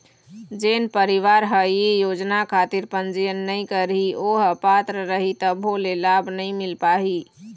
जेन परवार ह ये योजना खातिर पंजीयन नइ करही ओ ह पात्र रइही तभो ले लाभ नइ मिल पाही